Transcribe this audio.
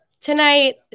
Tonight